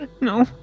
no